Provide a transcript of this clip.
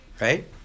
Right